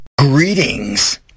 Greetings